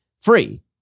free